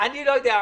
אני לא יודע.